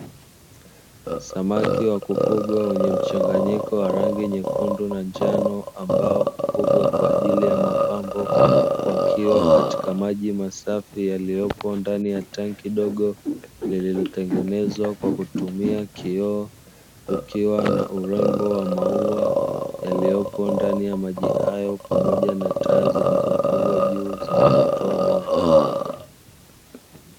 Samaki wa kufugwa wenye mchanganyiko wa rangi nyekundu na njano, ambao hufugwa kwa ajili ya mapambo, wakiwa katika maji masafi yaliyopo ndani ya tanki dogo lililotengenezwa kwa kutumia kioo; kukiwa na urembo wa maua yaliyopo ndani ya maji hayo pamoja na taa zilizofungwa juu zinazotoa mwanga.